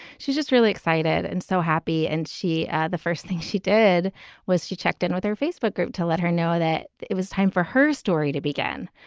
she's just really excited and so happy. and she the first thing she did was she checked in with her facebook group to let her know that it was time for her story to began.